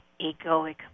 egoic